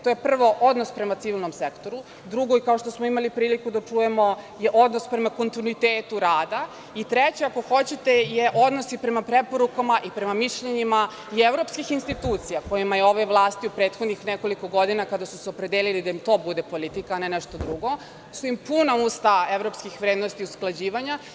To je, prvo, odnos prema civilnom sektoru, drugo, i kao što smo imali prilike da čujemo, je odnos prema kontinuitetu rada i treće, ako hoćete, je odnos i prema preporukama i prema mišljenjima i evropskih institucija kojima je ovoj vlasti u prethodnih nekoliko godina, kada su se opredelili da im to bude politika a ne nešto drugo, su im puna usta evropskih vrednosti usklađivanja.